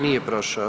Nije prošao.